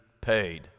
paid